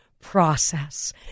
Process